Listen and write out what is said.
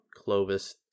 Clovis